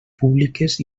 públiques